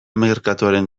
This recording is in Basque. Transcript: merkatuaren